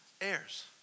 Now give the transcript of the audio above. heirs